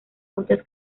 muchas